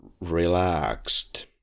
relaxed